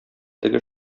теге